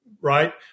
right